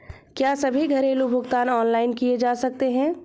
क्या सभी घरेलू भुगतान ऑनलाइन किए जा सकते हैं?